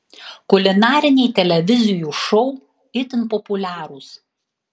kulinariniai televizijų šou itin populiarūs